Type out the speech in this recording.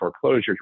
foreclosure